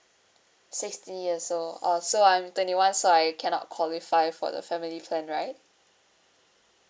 sixteen years old uh so I'm twenty one so I cannot qualify for the family plan right